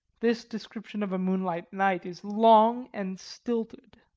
this description of a moonlight night is long and stilted.